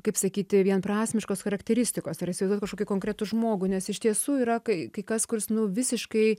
kaip sakyti vienprasmiškos charakteristikos ar įsivaizduot kažkokį konkretų žmogų nes iš tiesų yra kai kas kuris nu visiškai